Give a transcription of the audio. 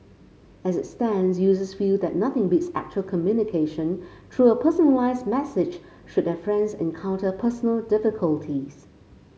as it stands users feel that nothing beats actual communication through a personalised message should their friends encounter personal difficulties